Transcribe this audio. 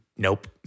Nope